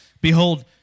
Behold